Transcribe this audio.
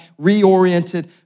reoriented